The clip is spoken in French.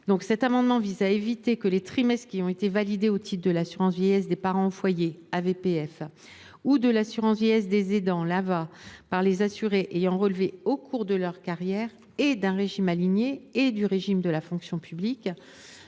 L’amendement n° 1357 vise à éviter que les trimestres validés au titre de l’assurance vieillesse des parents au foyer (AVPF) ou de l’assurance vieillesse des aidants (AVA) par les assurés ayant relevé au cours de leur carrière et d’un régime aligné et du régime de la fonction publique